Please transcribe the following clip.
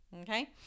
Okay